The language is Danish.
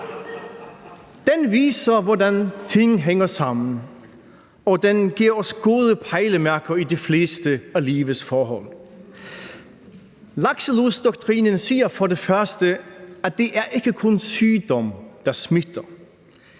Den viser, hvordan ting hænger sammen, og den giver os gode pejlemærker i de fleste af livets forhold. Lakselusdoktrinen siger først og fremmest, at det ikke kun er sygdom, der smitter.